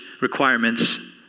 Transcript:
requirements